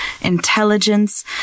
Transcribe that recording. intelligence